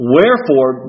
Wherefore